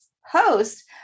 host